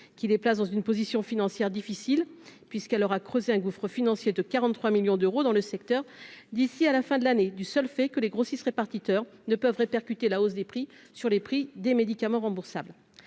qui les place dans une position financière difficile puisqu'elle leur a creusé un gouffre financier de 43 millions d'euros dans le secteur d'ici à la fin de l'année, du seul fait que les grossistes répartiteurs ne peuvent répercuter la hausse des prix sur les prix des médicaments remboursables,